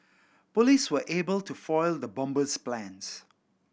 police were able to foil the bomber's plans